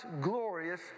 glorious